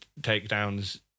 takedowns